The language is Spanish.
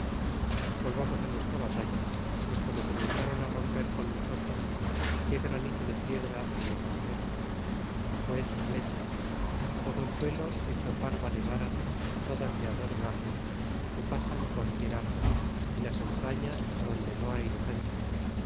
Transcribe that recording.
volvamos á nuestra batalla pues como comenzaron á romper con nosotros qué granizo de piedra de los honderos pues flechas todo el suelo hecho parva de varas todas de á dos gajos que pasan qualquiera arma y las entrañas adonde no hay defensa